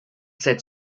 said